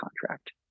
contract